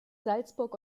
salzburg